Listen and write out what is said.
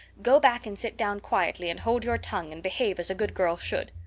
go back and sit down quietly and hold your tongue and behave as a good girl should.